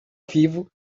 vivo